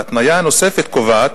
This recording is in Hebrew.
ההתניה הנוספת קובעת